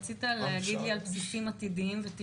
רצית לדבר על בסיסים עתידיים.